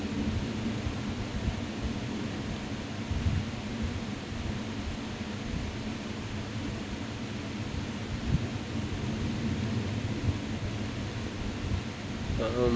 uh mm